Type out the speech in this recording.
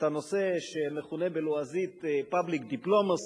הנושא שמכונה בלועזית public diplomacy,